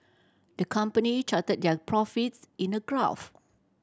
the company charted their profits in a graph